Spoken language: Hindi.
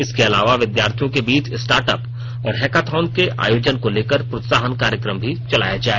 इसके अलावा विद्यार्थियों के बीच स्टार्ट अप और हैकॉथन के आयोजन को लेकर प्रोत्साहन कार्यक्रम भी चलाया जाय